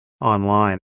online